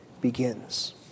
begins